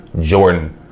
Jordan